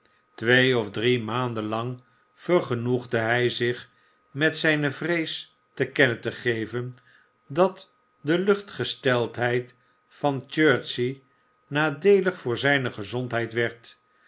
twee of drie maanden lang vergenoegde hij zich met zijne vrees te kennen te geven dat de luchtgesteldheid van chertsey nadeelig voor zijne gezondheid werd